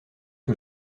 que